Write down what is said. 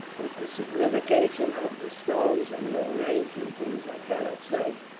what the signification of the stones and their arrangements is i cannot say.